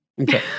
Okay